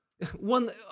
One